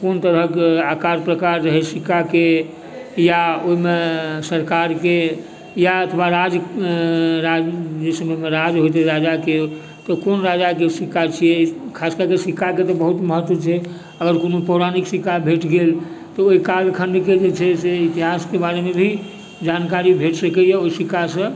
कोन तरहके आकार प्रकार रहै सिक्काके या ओहिमे सरकारके या अथवा राजा जाहि समयमे राज होइत रहै राजाके तऽ कोन राजाके ई सिक्का छियै खासकऽ कए सिक्काके बहुत महत्व छै अगर कोनो पौराणिक सिक्का भेट गेल तऽ ओहि कालखण्डके इतिहासके बारेमे भी जानकारी भेट सकैए ओहि सिक्कासँ